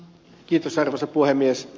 arvoisa puhemies